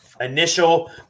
initial